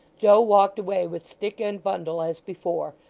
joe walked away with stick and bundle as before,